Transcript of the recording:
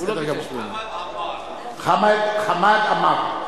חמד עמאר.